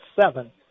seven